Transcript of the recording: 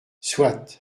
soit